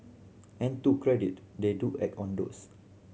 and to credit they do act on those